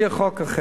יהיה חוק אחר,